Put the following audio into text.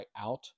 out